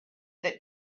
that